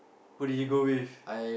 who did you go with